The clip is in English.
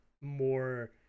more